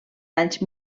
anys